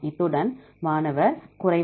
இத்துடன் மாணவர் குறைவாக